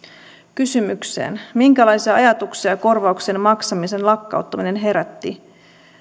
kysymykseen minkälaisia ajatuksia korvauksen maksamisen lakkauttaminen herätti